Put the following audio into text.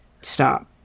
stop